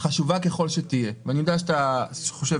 חשובה ככל שתהיה, ואני יודע שאתה חושב